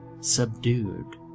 subdued